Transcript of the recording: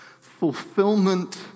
Fulfillment